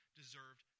deserved